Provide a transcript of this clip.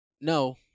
No